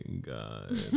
God